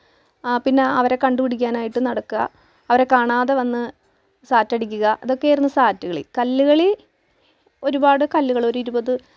പിന്നെ വട്ടയപ്പം ഉണ്ടാക്കുന്നത് ഉണ്ടാക്കാൻ അറിയുന്ന വിഭവങ്ങളാണ് കേട്ടോ ഇതെല്ലാം ഇഷ്ടമുള്ള മറ്റൊരു വിഭവമുണ്ട് പക്ഷെ അത് ഞാൻ ഉണ്ടാക്കാൻ എനിക്കറിയില്ല